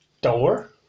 door